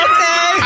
Okay